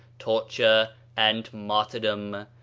torture, and martyrdom,